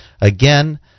Again